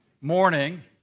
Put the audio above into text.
Morning